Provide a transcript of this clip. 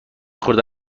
خورده